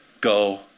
go